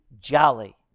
jolly